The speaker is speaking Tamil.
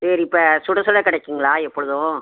சரி இப்போ சுடச் சுட கிடைக்குங்களா எப்பொழுதும்